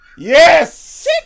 Yes